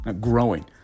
growing